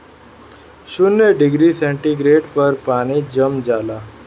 शून्य degree centigrade पर पानी जम जाला